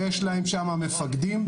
יש להם שם מפקדים,